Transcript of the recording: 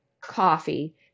coffee